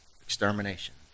extermination